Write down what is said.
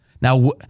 now